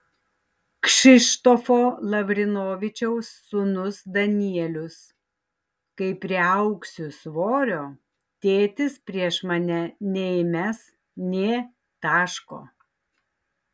kšištofo lavrinovičiaus sūnus danielius kai priaugsiu svorio tėtis prieš mane neįmes nė taško